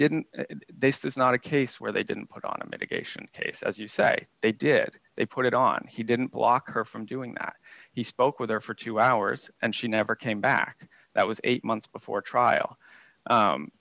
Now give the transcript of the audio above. didn't this is not a case where they didn't put on a mitigation case as you say they did they put it on he didn't block her from doing that he spoke with her for two hours and she never came back that was eight months before trial